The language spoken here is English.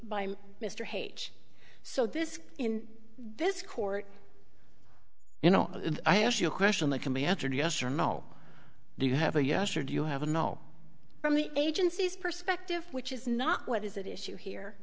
by mr hate so this in this court you know i ask you a question that can be answered yes or no do you have a yes or do you have a no from the agency's perspective which is not what is it issue here